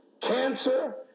cancer